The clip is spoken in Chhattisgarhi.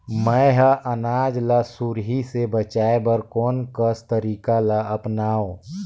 मैं ह अनाज ला सुरही से बचाये बर कोन कस तरीका ला अपनाव?